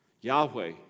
Yahweh